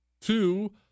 Two